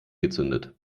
gezündet